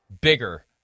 bigger